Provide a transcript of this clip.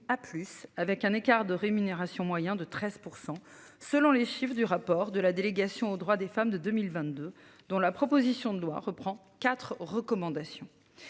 A plus avec un écart de rémunération moyen de 13%, selon les chiffres du rapport de la délégation aux droits des femmes de 2022, dont la proposition de loi reprend 4 recommandations.